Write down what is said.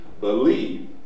believe